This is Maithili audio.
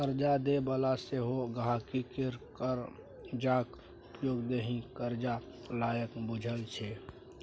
करजा दय बला सेहो गांहिकी केर करजाक उपयोग देखि करजा लायक बुझय छै